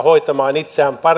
hoitamaan itseään